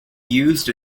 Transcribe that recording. used